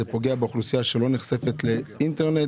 זה פוגע באוכלוסייה שלא נחשפת לאינטרנט,